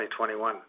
2021